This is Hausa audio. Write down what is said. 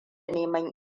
neman